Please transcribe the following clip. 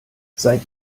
seid